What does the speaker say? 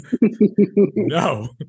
No